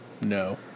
No